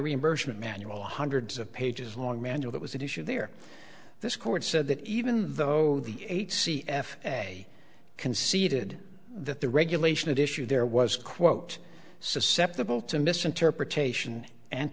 reimbursement manual hundreds of pages long and it was an issue there this court said that even though the eight c f a conceded that the regulation at issue there was quote susceptible to misinterpretation and